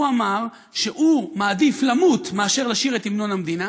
הוא אמר שהוא מעדיף למות מאשר לשיר את המנון המדינה.